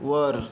वर